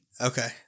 okay